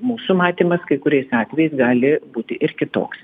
mūsų matymas kai kuriais atvejais gali būti ir kitoks